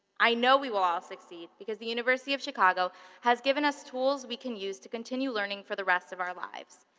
i know we will all succeed, because the university of chicago has given us tools we can use to continue learning for the rest of our lives.